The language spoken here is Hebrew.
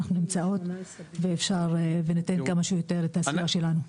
אנחנו נמצאות וניתן כמה שיותר את הסיוע שלנו.